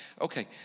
okay